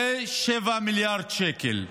זה 7 מיליארד שקל.